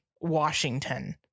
Washington